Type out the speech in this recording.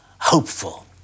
hopeful